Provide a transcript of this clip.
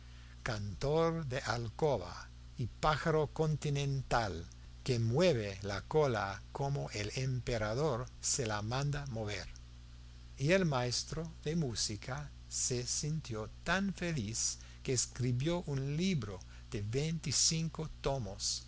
cantor de alcoba y pájaro continental que mueve la cola como el emperador se la manda mover y el maestro de música se sintió tan feliz que escribió un libro de veinticinco tomos